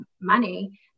money